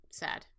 sad